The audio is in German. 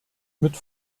mit